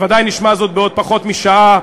בוודאי נשמע זאת בעוד פחות משעה.